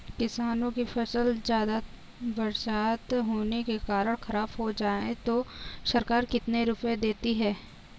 किसानों की फसल ज्यादा बरसात होने के कारण खराब हो जाए तो सरकार कितने रुपये देती है?